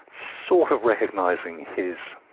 sort of recognising his